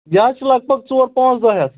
یہِ حظ چھُ لگ بگ ژور پانٛژھ دۄہ ہٮ۪تھ